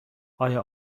آیا